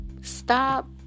Stop